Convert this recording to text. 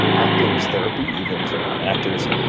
acting is therapy, even for non actors,